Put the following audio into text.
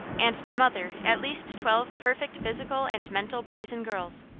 and to mother at least twelve perfect physical and mental boys and girls.